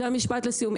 זה המשפט לסיום,